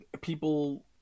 people